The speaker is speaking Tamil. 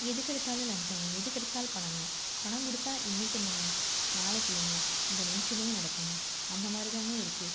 எதுக்கெடுத்தாலும் லஞ்சங்க எதுக்கெடுத்தாலும் பணங்க பணம் கொடுத்தா இன்றைக்கி என்னங்க நாளக்கு இல்லைங்க இந்த நிமிஷமே நடக்குங்க அந்த மாதிரிதாங்க இருக்குது